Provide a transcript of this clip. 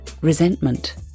resentment